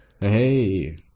Hey